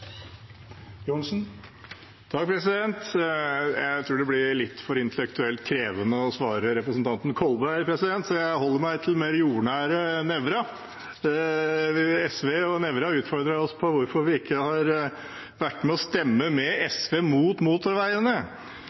Jeg tror det blir litt for intellektuelt krevende å svare representanten Kolberg, så jeg holder meg til den mer jordnære representanten Nævra. SV og Nævra utfordret oss på hvorfor vi ikke har vært med SV på å stemme mot motorveiene.